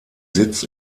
sitz